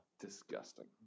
Disgusting